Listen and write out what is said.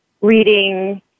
reading